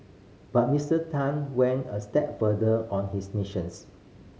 but Mister Tan went a step further on his missions